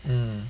mm